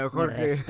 Jorge